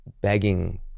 begging